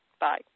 Bye